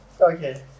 okay